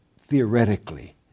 theoretically